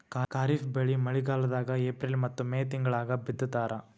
ಖಾರಿಫ್ ಬೆಳಿ ಮಳಿಗಾಲದಾಗ ಏಪ್ರಿಲ್ ಮತ್ತು ಮೇ ತಿಂಗಳಾಗ ಬಿತ್ತತಾರ